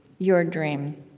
your dream,